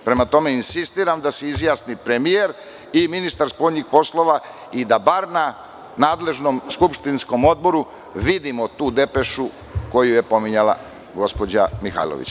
Prema tome insistiram da se izjasni premijer i ministar spoljnih poslova i da bar na nadležnom skupštinskom odboru vidimo tu depešu koju je pominjala gospođa Mihajlović.